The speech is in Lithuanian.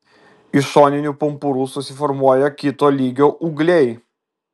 iš šoninių pumpurų susiformuoja kito lygio ūgliai